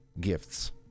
gifts